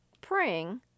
praying